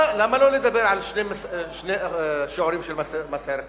למה לא לדבר על שני שיעורים של מס ערך מוסף?